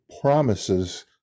promises